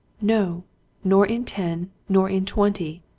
no nor in ten, nor in twenty!